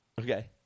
okay